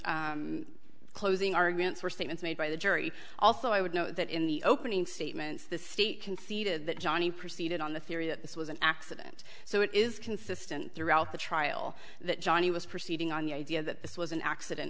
johnny's closing arguments were statements made by the jury also i would know that in the opening statements the state conceded that johnnie proceeded on the theory that this was an accident so it is consistent throughout the trial that johnnie was proceeding on the idea that this was an accident